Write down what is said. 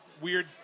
weird